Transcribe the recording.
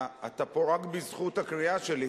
אתה פה רק בזכות הקריאה שלי,